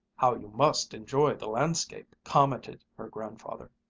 how you must enjoy the landscape, commented her grandfather.